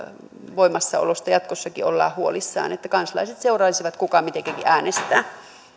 voimassaolosta jatkossakin ollaan huolissaan että kansalaiset seuraisivat kuka mitenkin äänestää